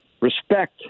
respect